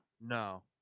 No